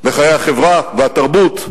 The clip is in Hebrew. לחיי החברה והתרבות,